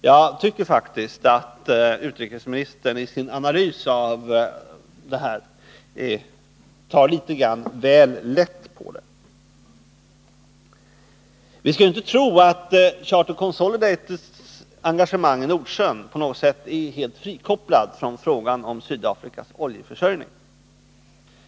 Jag tycker faktiskt att utrikesministern i sin analys tar litet väl lätt på det. Vi skall inte tro att Charter Consolidateds engagemang i Nordsjön är helt frikopplat från frågan om Sydafrikas oljeförsörjning.